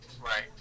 Right